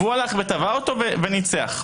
תבע אותו וניצח.